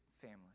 family